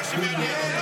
זה מה שמעניין אותם.